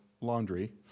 laundry